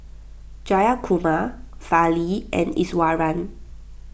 Jayakumar Fali and Iswaran